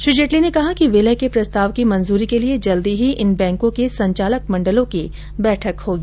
श्री जेटली ने कहा कि विलय के प्रस्ताव की मंजूरी के लिए जल्दी ही इन बैंकों के संचालक मंडलों की बैठक होगी